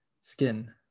skin